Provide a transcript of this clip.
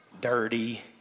dirty